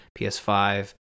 PS5